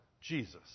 Jesus